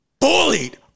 Bullied